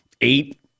eight